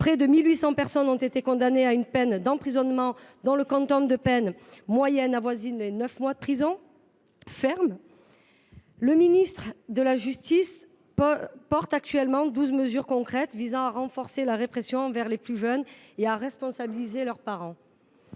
Près de 1 800 personnes ont été condamnées à une peine d’emprisonnement ; le quantum de peine moyen avoisine les neuf mois de prison ferme. Le ministre de la justice défend douze mesures concrètes visant à renforcer la répression envers les plus jeunes et à responsabiliser leurs parents.